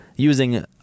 using